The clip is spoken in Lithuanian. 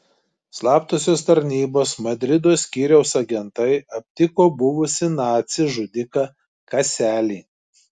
slaptosios tarnybos madrido skyriaus agentai aptiko buvusį nacį žudiką kaselį